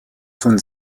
von